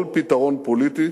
כל פתרון פוליטי